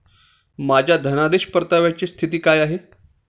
माझ्या धनादेश परताव्याची स्थिती काय आहे?